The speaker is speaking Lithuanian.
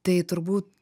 tai turbūt